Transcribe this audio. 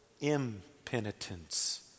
impenitence